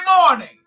morning